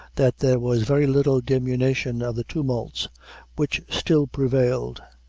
that there was very little diminution of the tumults which still prevailed.